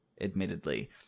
admittedly